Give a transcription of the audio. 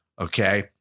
okay